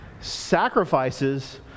Sacrifices